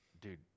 dude